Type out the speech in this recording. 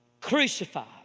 crucified